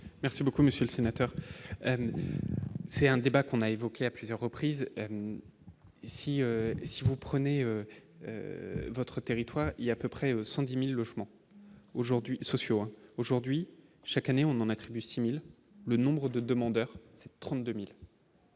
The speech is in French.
Merci beaucoup monsieur le sénateur, c'est un débat qu'on a évoqué à plusieurs reprises ici si vous prenez votre territoire il y a peu près 110000 logements aujourd'hui sociaux aujourd'hui, chaque année on en attribue 6000 le nombre de demandeurs 30 2000.